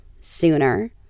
sooner